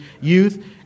youth